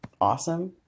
awesome